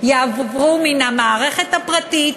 יעברו מן המערכת הפרטית